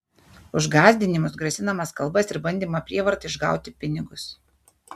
už gąsdinimus grasinamas kalbas ir bandymą prievarta išgauti pinigus